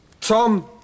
Tom